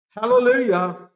Hallelujah